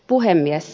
puhemies